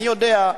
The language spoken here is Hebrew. אני יודע,